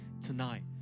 tonight